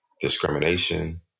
discrimination